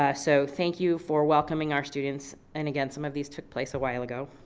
ah so thank you for welcoming our students, and again, some of these took place a while ago.